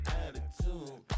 attitude